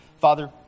Father